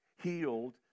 healed